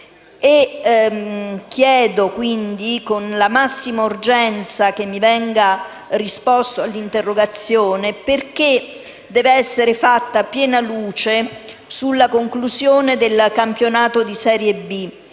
Chiedo, quindi, con la massima urgenza, che mi venga data risposta all'interrogazione perché dev'essere fatta piena luce sulla conclusione del campionato di serie B,